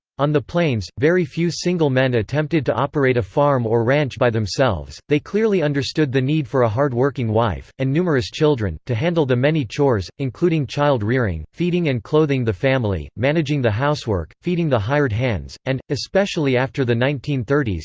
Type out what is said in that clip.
on the plains, very few single men attempted to operate a farm or ranch by themselves they clearly understood the need for a hard-working wife, and numerous children, to handle the many chores, including child-rearing, feeding and clothing the family, managing the housework, feeding the hired hands, and, especially after the nineteen thirty s,